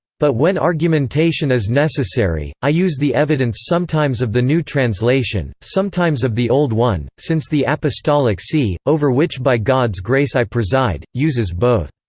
but when argumentation is necessary, i use the evidence sometimes of the new translation, sometimes sometimes of the old one, since the apostolic see, over which by god's grace i preside, uses both.